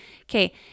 okay